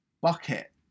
bucket